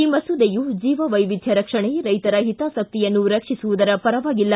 ಈ ಮಸೂದೆಯು ಜೀವವೈವಿದ್ದ ರಕ್ಷಣೆ ರೈತರ ಹಿತಾಸಕ್ತಿಯನ್ನು ರಕ್ಷಿಸುವುದರ ಪರವಾಗಿಲ್ಲ